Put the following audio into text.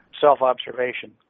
self-observation